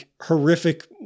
horrific